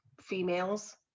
females